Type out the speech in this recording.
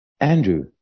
Andrew